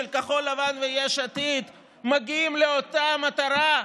של כחול לבן ויש עתיד, מגיעים לאותה מטרה,